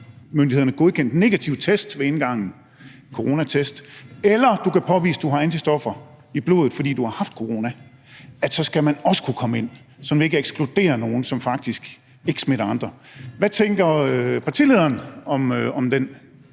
sundhedsmyndighederne godkendt negativ coronatest ved indgangen, eller du kan påvise, at du har antistoffer i blodet, fordi du har haft corona, så skal du også kunne komme ind, så man ikke ekskluderer nogen, som faktisk ikke smitter andre. Hvad tænker partilederen om den